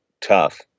tough